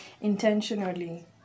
intentionally